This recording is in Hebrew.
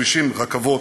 כבישים ורכבות,